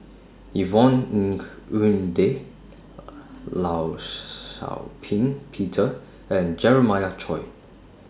Yvonne Ng Uhde law Shau Ping Peter and Jeremiah Choy